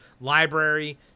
library